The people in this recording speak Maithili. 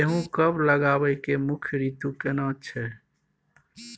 गेहूं कब लगाबै के मुख्य रीतु केना छै?